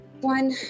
One